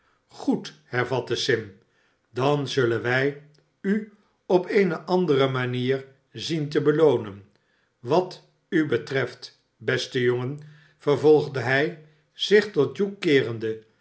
goed hervatte sim dan zullen wij u op eene andere mamer zien te beloonen wat u betreft beste jongen vervolgde hij zich tot hugh keerende